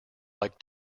like